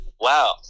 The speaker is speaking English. Wow